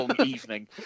evening